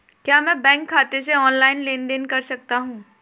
क्या मैं बैंक खाते से ऑनलाइन लेनदेन कर सकता हूं?